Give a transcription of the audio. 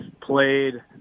played